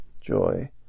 joy